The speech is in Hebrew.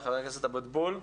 חבר הכנסת משה אבוטבול.